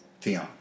Theon